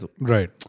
Right